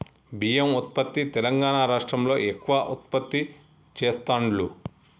బియ్యం ఉత్పత్తి తెలంగాణా రాష్ట్రం లో ఎక్కువ ఉత్పత్తి చెస్తాండ్లు